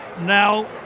Now